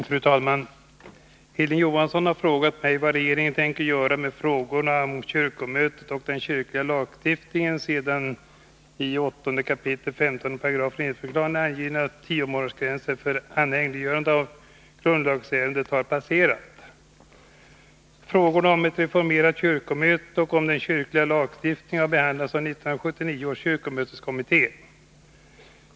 Fru talman! Hilding Johansson har frågat mig vad regeringen tänker göra med frågorna om kyrkomötet och den kyrkliga lagstiftningen sedan den i 8 kap. 15 § regeringsformen angivna tiomånadersgränsen för anhängiggörande av ett grund!agsärende har passerat. Frågorna om ett reformerat kyrkomöte och om den kyrkliga lagstiftningen har behandlats av 1979 års kyrkomöteskommitté.